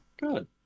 Good